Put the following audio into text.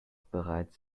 bereits